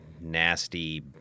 nasty